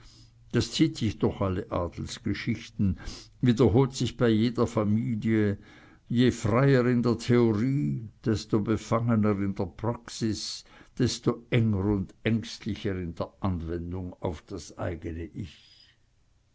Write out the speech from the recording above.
das zieht sich durch alle adelsgeschichten wiederholt sich bei jeder familie je freier in der theorie desto befangener in der praxis desto enger und ängstlicher in der anwendung auf das eigne ich